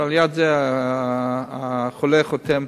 וליד זה החולה חותם,